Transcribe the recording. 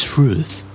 Truth